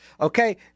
Okay